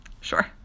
sure